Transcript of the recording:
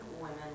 women